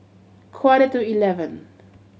quarter to eleven